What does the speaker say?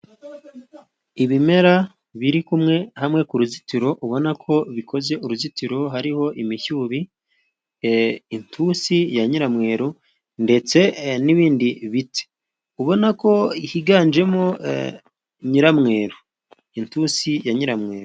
Ibimera biri kumwe hamwe ku ruzitiro ubona ko bikoze uruzitiro hariho imishubi, intusi ya nyiramweru ndetse n'ibindi biti ubona ko higanjemo nyiramweru, intusi ya nyiramweru.